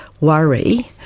worry